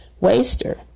waster